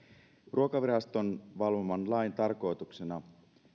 ruokaviraston valvoman lain tarkoituksena